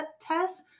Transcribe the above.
tests